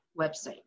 website